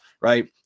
right